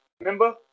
remember